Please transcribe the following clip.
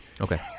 Okay